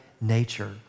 nature